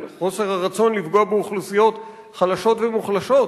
על חוסר הרצון לפגוע באוכלוסיות חלשות ומוחלשות.